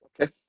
Okay